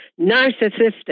narcissistic